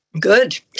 Good